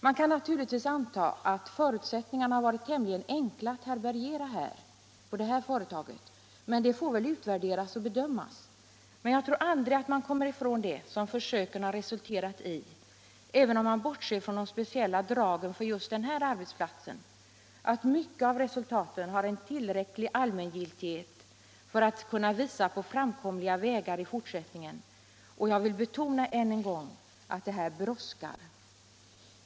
Man kan naturligtvis anta att förutsättningarna har varit tämligen enkla att härbärgera på det här företaget, men det får väl utvärderas och bedömas. Jag tror att man aldrig kommer ifrån det som försöken har visat —- även om man bortser från de speciella dragen för just denna arbetsplats —- nämligen att mycket av resultaten har en tillräcklig allmängiltighet för att kunna visa på framkomliga vägar i fortsättningen. Jag vill betona än en gång att det här brådskar.